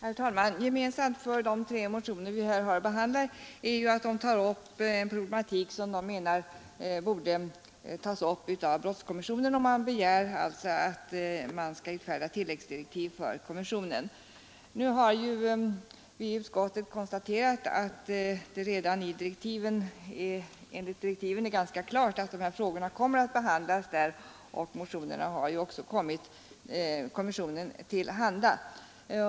Herr talman! Gemensamt för de tre motioner vi här har att behandla är ju att de tar upp en problematik som motionärerna menar borde behandlas av brottskommissionen, och det begärs alltså att tilläggsdirektiv skall utfärdas för kommissionen. Nu har vi i utskottet konstaterat att det enligt direktiven redan är ganska klart att frågorna kommer att behandlas av kommissionen, och motionerna har också kommit kommissionen till handa.